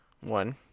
one